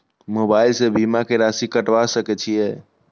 Mobile से बीमा के राशि कटवा सके छिऐ?